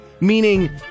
Meaning